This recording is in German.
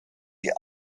die